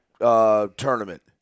tournament